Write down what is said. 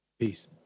Peace